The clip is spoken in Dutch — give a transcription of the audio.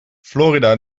florida